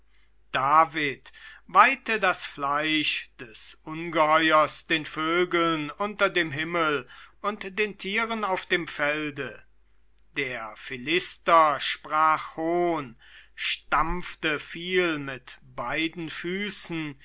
david weihte das fleisch des ungeheuers den vögeln unter dem himmel und den tieren auf dem felde der philister sprach hohn stampfte viel mit beiden füßen